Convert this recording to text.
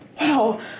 Wow